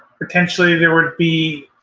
potentially there would be.